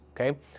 okay